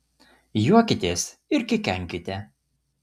juokitės ir kikenkite